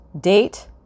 date